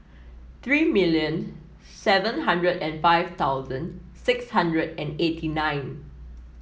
three million seven hundred and five thousand six hundred and eighty nine